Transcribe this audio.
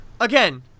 again